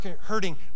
hurting